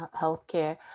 healthcare